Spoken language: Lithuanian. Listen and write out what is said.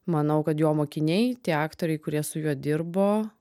manau kad jo mokiniai tie aktoriai kurie su juo dirbo